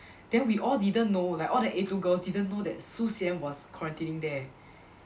then we all didn't know like all the A two girls didn't know that Su Xian was quarantining there